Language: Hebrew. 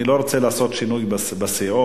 אני לא רוצה לעשות שינוי בסיעות,